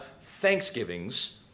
thanksgivings